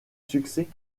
succès